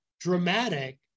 dramatic